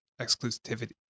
exclusivity